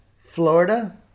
florida